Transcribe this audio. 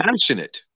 passionate